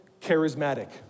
Charismatic